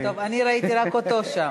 אני ראיתי רק אותו שם.